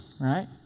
right